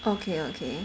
okay okay